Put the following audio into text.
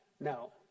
No